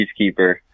peacekeeper